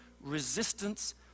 resistance